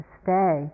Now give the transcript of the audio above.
stay